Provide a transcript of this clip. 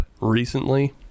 recently